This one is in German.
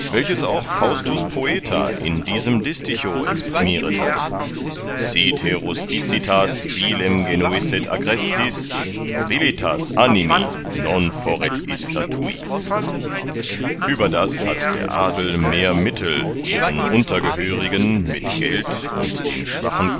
welches auch faustus poeta in diesem disticho exprimieret hat si te rusticitas vilem genuisset agrestis nobilitas animi non foret ista tui überdas hat der adel mehr mittel ihren untergehörigen mit geld und den schwachen